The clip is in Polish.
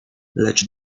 lecz